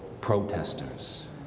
protesters